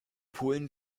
polen